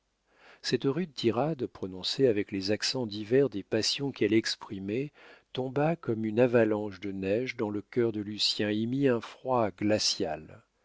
cette rude tirade prononcée avec les accents divers des passions qu'elle exprimait tomba comme une avalanche de neige dans le cœur de lucien et y mit un froid glacial